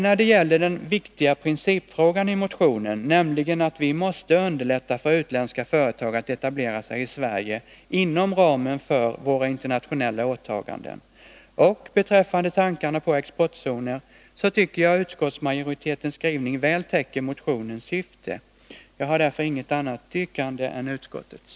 När det gäller både den viktiga principfrågan i motionen — att vi måste underlätta för utländska företag att etablera sig i Sverige inom ramen för våra internationella åtaganden — och tankarna på exportzoner tycker jag att utskottsmajoritetens skrivning väl täcker motionens syfte. Jag har därför inget annat yrkande än utskottets.